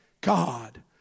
God